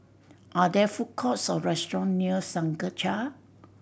are there food courts or restaurant near Senja